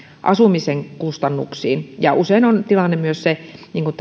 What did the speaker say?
asumisen kustannuksiin usein on tilanne myös se niin kuin